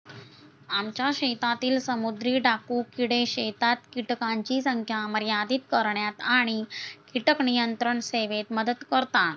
आमच्या शेतातील समुद्री डाकू किडे शेतात कीटकांची संख्या मर्यादित करण्यात आणि कीटक नियंत्रण सेवेत मदत करतात